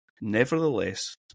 Nevertheless